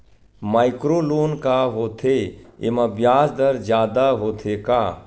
Micro loan का होथे येमा ब्याज दर जादा होथे का?